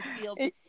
feel